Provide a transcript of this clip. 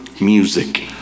music